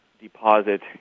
deposit